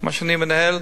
מה שאני מנהל,